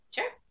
Sure